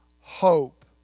hope